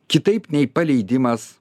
kitaip nei paleidimas